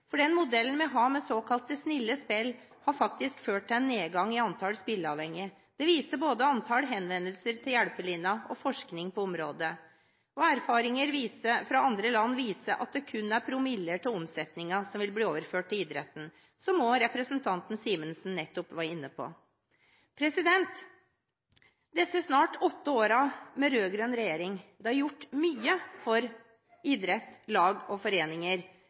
for den modellen vi har med såkalte snille spill, har faktisk ført til en nedgang i antall spilleavhengige. Det viser både antall henvendelser til Hjelpelinjen og forskning på området. Erfaringer fra andre land viser at det kun er promiller av omsetningen som vil bli overført til idretten, som også representanten Simensen nettopp var inne på. Disse snart åtte årene med rød-grønn regjering har gjort mye for idretten – lag og foreninger.